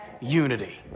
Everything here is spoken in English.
unity